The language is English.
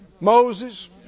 Moses